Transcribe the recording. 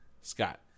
Scott